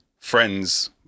friends